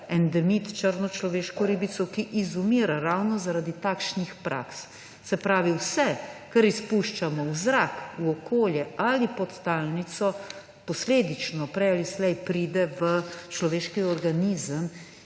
endemit črno človeško ribico, ki izumira ravno zaradi takšnih praks. Se pravi, vse, kar izpuščamo v zrak, v okolje ali podtalnico, posledično prej ali slej pride v človeški organizem